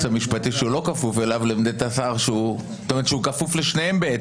המשפטי שלא כפוף אליו לעמדת השר שכפוף לשניהם?